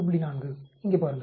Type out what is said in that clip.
4 இங்கே பாருங்கள்